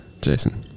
jason